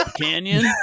Canyon